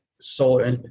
solar